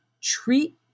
treat